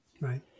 Right